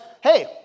hey